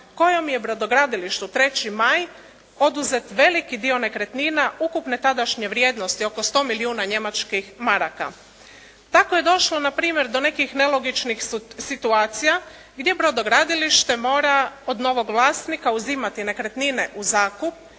kojom je brodogradilištu "3. maj" oduzet veliki dio nekretnina ukupne tadašnje vrijednosti oko 100 milijuna njemačkih maraka. Tako je došlo na primjer do nekih nelogičnih situacija gdje brodogradilište mora od novog vlasnika uzimati nekretnine u zakup